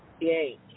Yay